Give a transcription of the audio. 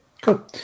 cool